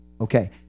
okay